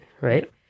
Right